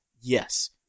yes